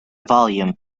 volume